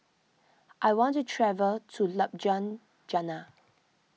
I want to travel to